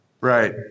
right